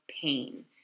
pain